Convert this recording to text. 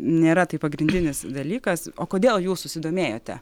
nėra tai pagrindinis dalykas o kodėl jūs susidomėjote